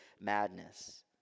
madness